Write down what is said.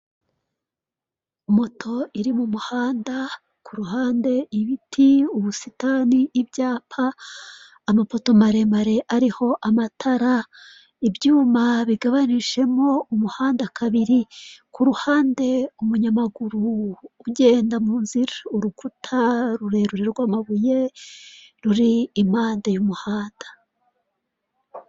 Moto iri mu muhanda ku ruhande ibiti, ubusitani, ibyapa, amapoto maremare ariho amatara, ibyuma bigabanijemo umuhanda kabiri, ku ruhande umunyamaguru ugenda mu nzira, urukuta rurerure rw'amabuye ruri impande y'umuhanda.